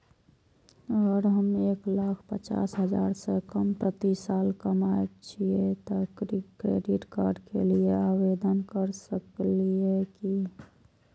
अगर हम एक लाख पचास हजार से कम प्रति साल कमाय छियै त क्रेडिट कार्ड के लिये आवेदन कर सकलियै की?